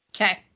Okay